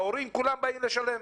ההורים כולם באים לשלם,